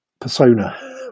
persona